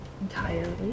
entirely